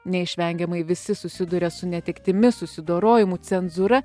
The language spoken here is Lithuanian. neišvengiamai visi susiduria su netektimi susidorojimu cenzūra